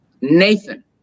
Nathan